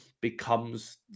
becomes